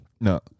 no